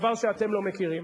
דבר שאתם לא מכירים.